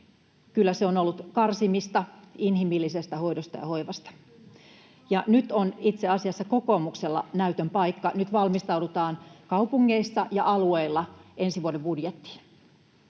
kyllä se on ollut karsimista inhimillisestä hoidosta ja hoivasta. Nyt on itse asiassa kokoomuksella näytön paikka, nyt valmistaudutaan kaupungeissa ja alueilla ensi vuoden budjettiin.